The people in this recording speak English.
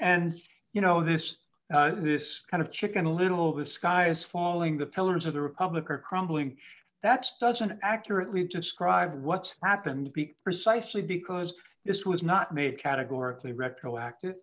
and you know this this kind of chicken little the sky is falling the pillars of the republic are crumbling that doesn't accurately describe what's happened be precisely because this was not made categorically retroactive